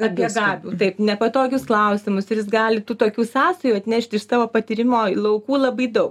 apie gabių taip nepatogius klausimus ir jis gali tų tokių sąsajų atnešti iš savo patyrimo laukų labai daug